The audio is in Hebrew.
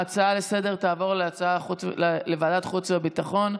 ההצעה לסדר-היום תעבור לוועדת החוץ והביטחון.